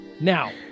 Now